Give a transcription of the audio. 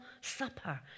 supper